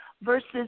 versus